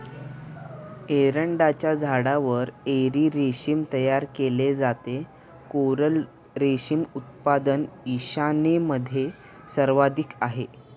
एरंडाच्या झाडावर एरी रेशीम तयार केले जाते, कोरल रेशीम उत्पादन ईशान्येमध्ये सर्वाधिक आहे